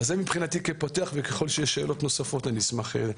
זה מבחינתי כפתיח וככל שיש שאלות נוספות אני אשמח לענות.